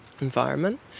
environment